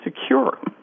secure